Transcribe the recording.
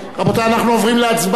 רבותי, אנחנו עוברים להצבעה.